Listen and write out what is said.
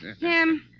Sam